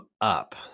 up